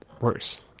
Worse